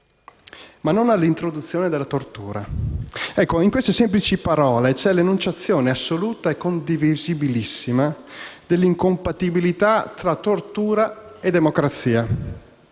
all'introduzione della tortura». In queste semplici parole c'è l'enunciazione assoluta e condivisibilissima dell'incompatibilità tra tortura e democrazia.